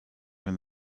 when